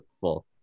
full